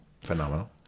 Phenomenal